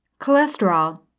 Cholesterol